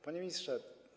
Panie Ministrze!